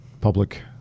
public